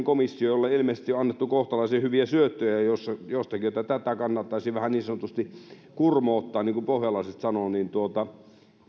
komissiolle ilmeisesti on annettu kohtalaisen hyviä syöttöjä jostakin että tätä kannattaisi vähän niin sanotusti kurmoottaa niin kuin pohjalaiset sanovat niin siinä tapauksessa